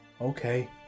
Okay